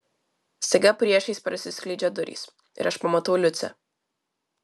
staiga priešais prasiskleidžia durys ir aš pamatau liucę